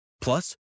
Plus